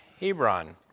Hebron